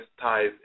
ties